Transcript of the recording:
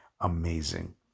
amazing